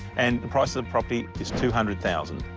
and the price of the property is two hundred thousand